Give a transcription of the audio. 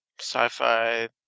sci-fi